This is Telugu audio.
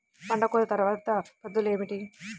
పంట కోత తర్వాత పద్ధతులు ఏమిటి?